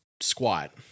squat